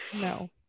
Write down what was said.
No